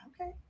okay